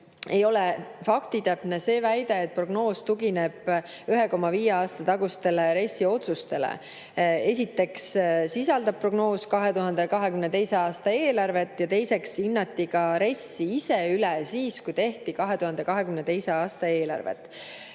ei ole faktitäpne see väide, et prognoos tugineb 1,5 aasta tagustele RES-i otsustele. Esiteks sisaldab prognoos 2022. aasta eelarvet ja teiseks hinnati ka RES-i üle, kui tehti 2022. aasta eelarvet.